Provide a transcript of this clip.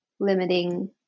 limiting